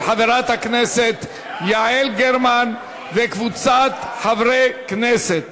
של חברת הכנסת יעל גרמן וקבוצת חברי הכנסת.